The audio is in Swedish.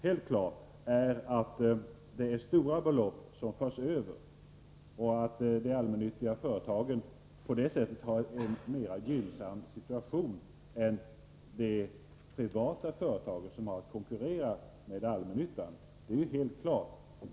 Det är helt klart att stora belopp förs över och att de allmännyttiga företagen på det sättet har en mer gynnsam situation än de privata företagen, som har att konkurrera med allmännyttan.